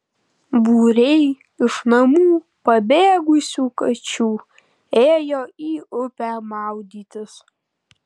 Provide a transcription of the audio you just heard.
būriai iš namų pabėgusių kačių ėjo į upę maudytis